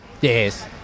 Yes